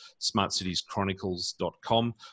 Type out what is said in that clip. smartcitieschronicles.com